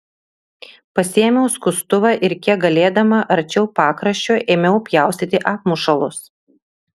pasiėmiau skustuvą ir kiek galėdama arčiau pakraščio ėmiau pjaustyti apmušalus